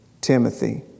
Timothy